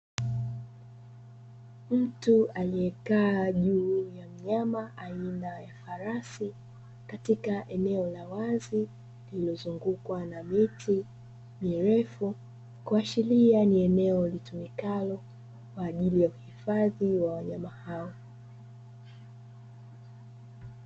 Mtu aliyekaa juu ya mnyama aina ya farasi, katika eneo la wazi lililozungukwa na miti mirefu, kuashiria ni eneo litumikalo kwaajili ya uhifadhi wa wanyama hao.